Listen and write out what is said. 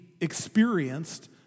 experienced